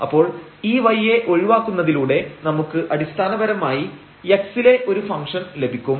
അപ്പോൾ ഈ y യെ ഒഴിവാക്കുന്നതിലൂടെ നമുക്ക് അടിസ്ഥാനപരമായി x ലെ ഒരു ഫംഗ്ഷൻ ലഭിക്കും